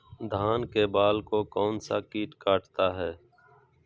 धान के बाल को कौन सा किट काटता है?